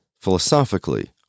philosophically